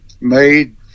made